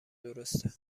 درسته